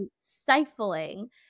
stifling